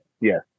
yes